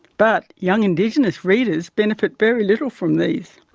but young indigenous readers benefit very little from these.